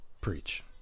Preach